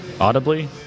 audibly